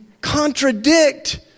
contradict